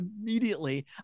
immediately